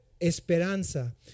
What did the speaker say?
esperanza